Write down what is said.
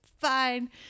fine